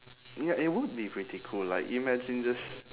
ya it would be pretty cool like imagine just